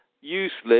useless